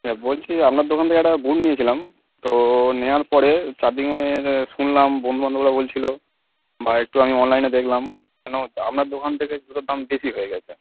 হ্যাঁ বলছি আপনার দোকান থেকে একটা বুট নিয়েছিলাম তো নেওয়ার পরে চারদিকময় এটা শুনলাম বন্ধু বান্ধবরা বলছিলো বা একটু আমি অনলাইনে দেখলাম কেন আপনার দোকান থেকে জুতোর দাম বেশি হয়ে গেছে